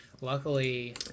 Luckily